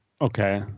Okay